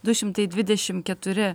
du šimtai dvidešim keturi